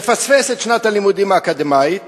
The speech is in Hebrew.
מפספס את שנת הלימודים האקדמית